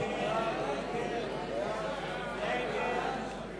הצעת סיעת קדימה להביע אי-אמון בממשלה לא